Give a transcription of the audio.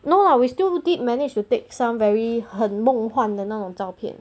no lah we still did manage to take some very 很梦幻的那种照片